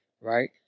Right